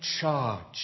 charge